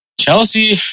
Chelsea